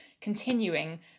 continuing